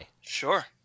Sure